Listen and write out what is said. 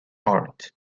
art